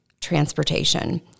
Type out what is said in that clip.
transportation